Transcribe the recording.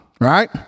right